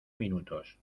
minutos